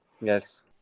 Yes